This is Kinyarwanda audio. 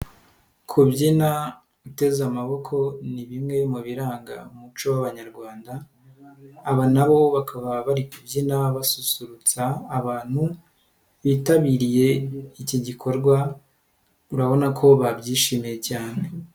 Kubyina uteze amaboko ni bimwe mu biranga umuco w'abanyarwanda aba nabo bakaba bari kubyina basusurutsa abantu bitabiriye iki gikorwa urabona ko babyishimiye cyane.